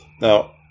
Now